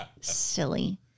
Silly